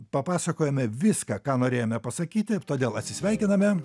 papasakojome viską ką norėjome pasakyti todėl atsisveikiname